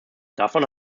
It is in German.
davon